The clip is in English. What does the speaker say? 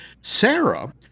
Sarah